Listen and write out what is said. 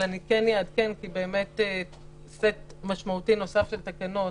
אבל אעדכן כי סט משמעותי נוסף של תקנות